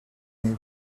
may